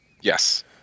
Yes